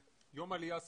יום עלייה שמח.